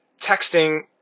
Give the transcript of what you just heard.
texting